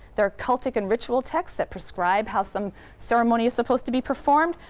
there are cultic and ritual texts that prescribe how some ceremony is supposed to be performed.